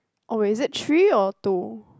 oh is it three or two